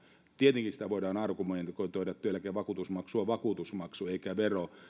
tietenkin sitä voidaan argumentoida että työeläkevakuutusmaksu on vakuutusmaksu eikä vero